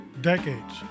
decades